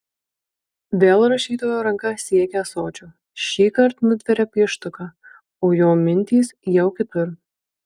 vėl rašytojo ranka siekia ąsočio šįkart nutveria pieštuką o jo mintys jau kitur